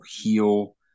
heal